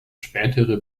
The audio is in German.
spätere